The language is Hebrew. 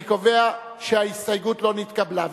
אני קובע שההסתייגות לא נתקבלה.